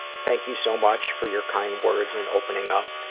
thank you so much for your kind words and opening up,